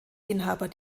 inhaber